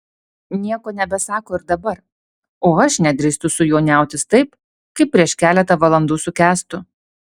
nieko nebesako ir dabar o aš nedrįstu su juo niautis taip kaip prieš keletą valandų su kęstu